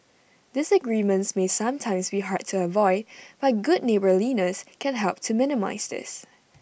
disagreements may sometimes be hard to avoid but good neighbourliness can help to minimise this